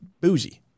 bougie